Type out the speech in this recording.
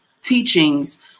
teachings